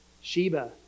Sheba